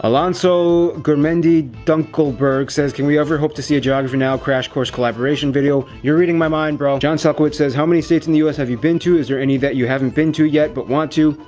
alonso gurmendi dunkelberg can we ever hope to see a geography now crash course collaboration video? you're reading my mind, bro. john selkowitz says, how many states in the us have you been to? is there any that you haven't been to yet but want to?